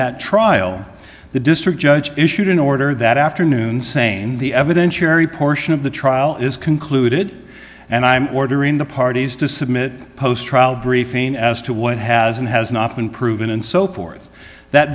that trial the district judge issued an order that afternoon saying the evidentiary portion of the trial is concluded and i'm ordering the parties to submit a post trial briefing as to what has and has not been proven and so forth that